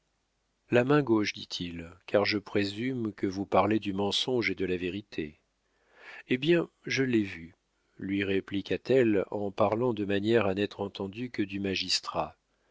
la main gauche dit-il car je présume que vous parlez du mensonge et de la vérité eh bien je l'ai vu lui répliqua-t-elle en parlant de manière à n'être entendue que du magistrat